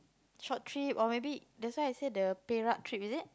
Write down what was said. short trip or maybe that's why I say the Perak trip is it